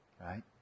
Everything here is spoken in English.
Right